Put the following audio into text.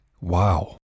wow